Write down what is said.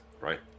right